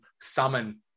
summon